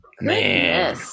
Man